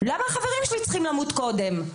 למה החברים שלי צריכים למות קודם?